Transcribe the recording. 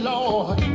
Lord